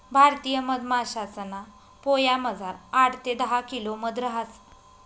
भारतीय मधमाशासना पोयामझार आठ ते दहा किलो मध रहास